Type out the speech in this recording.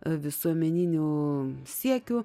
visuomeninių siekių